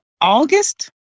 August